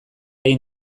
egin